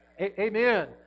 Amen